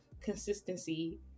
consistency